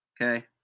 Okay